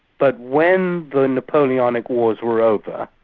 but when the napoleonic wars were over,